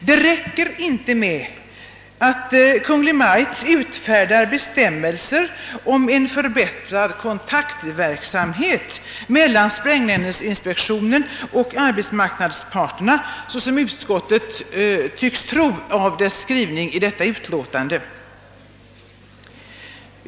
Det räcker inte med att Kungl. Maj:t utfärdar bestämmelser om förbättrad kontaktverksamhet mellan sprängämnesinspektionen och anbetsmarknadsparterna såsom utskottet tycks tro att döma av dess skrivning i detta utlåtande.